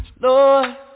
Lord